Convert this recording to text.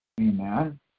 Amen